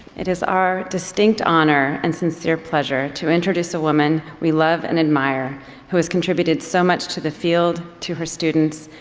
it is our distinct honor and sincere pleasure to introduce a woman we love and admire who has contributed so much to the field, to her students,